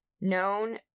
known